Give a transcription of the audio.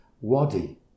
wadi